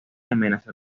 amenaza